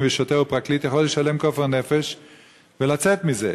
ושוטר ופרקליט יכול לשלם כופר נפש ולצאת מזה,